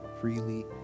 freely